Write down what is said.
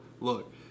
Look